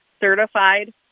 certified